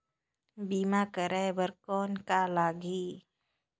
बीमा कराय बर कौन का लगही?